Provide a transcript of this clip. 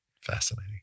Fascinating